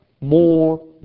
more